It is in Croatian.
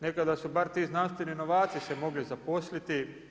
Nekada su bar ti znanstveni novaci se mogli zaposliti.